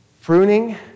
pruning